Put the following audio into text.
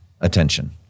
attention